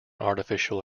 artificial